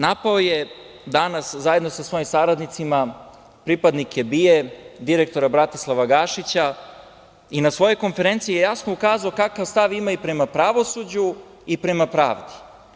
Napao je danas, zajedno sa svojim saradnicima pripadnike BIA, direktora Bratislava Gašića, i na svojoj konferenciji je jasno ukazao kakav stav ima i prema pravosuđu i prema pravdi.